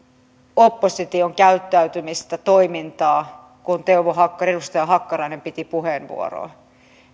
opposition käyttäytymistä toimintaa kun edustaja teuvo hakkarainen piti puheenvuoroa